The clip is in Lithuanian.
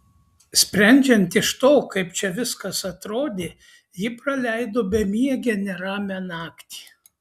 sprendžiant iš to kaip čia viskas atrodė ji praleido bemiegę neramią naktį